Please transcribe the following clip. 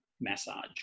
massage